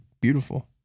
beautiful